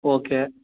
okay